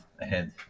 ahead